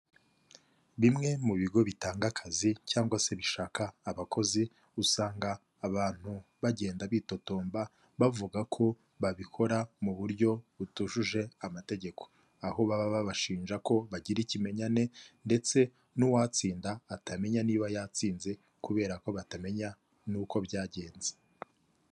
Bimwe mu bigo bitanga akazi cyangwa se bishaka abakozi, usanga abantu bagenda bitotomba bavuga ko babikora mu buryo butujuje amategeko, aho baba babashinja ko bagira ikimenyane ndetse n'uwatsinda atamenya niba yatsinze, kubera ko batamenya n'uko byagenze.